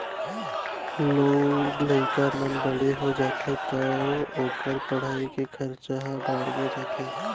लोग लइका मन बड़े हो जाथें तौ ओकर पढ़ाई के खरचा ह बाड़गे जाथे